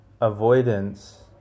avoidance